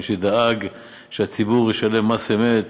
מי שדאג שהציבור ישלם מס אמת,